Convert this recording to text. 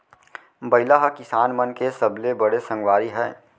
बइला ह किसान मन के सबले बड़े संगवारी हय